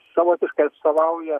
savotiškai atstovauja